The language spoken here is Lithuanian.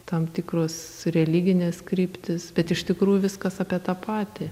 tam tikros religinės kryptys bet iš tikrųjų viskas apie tą patį